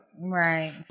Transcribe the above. Right